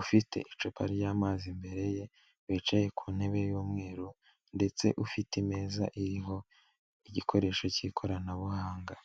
ufite icupa ry'amazi imbere ye, wicaye ku ntebe y'umweru ndetse ufite imeza iriho igikoresho cy'ikoranabuhanga.